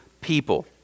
people